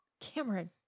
Cameron